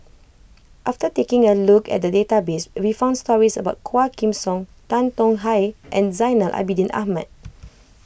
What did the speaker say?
after taking a look at the database we found stories about Quah Kim Song Tan Tong Hye and Zainal Abidin Ahmad